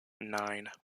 nine